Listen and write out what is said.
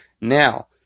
Now